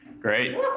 Great